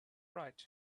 right